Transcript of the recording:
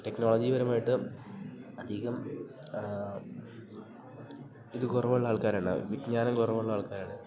ടെക്നോളജിപരമായിട്ട് അധികം ഇത് കുറവുള്ള ആൾക്കാരല്ല വിജ്ഞാനം കുറവുള്ള ആൾക്കാരാണ്